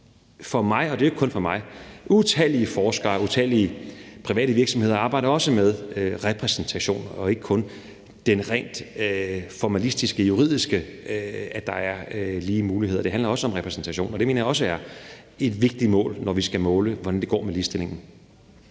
for mig, og det er jo ikke kun for mig. Utallige forskere og utallige private virksomheder arbejder også med repræsentation og ikke kun det rent formalistiske og juridiske med, at der er lige muligheder. Det handler også om repræsentation, og det mener jeg også er et vigtigt mål, når vi skal måle, hvordan det går med ligestillingen.